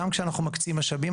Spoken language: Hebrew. גם כשאנחנו מקצים משאבים,